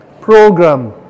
program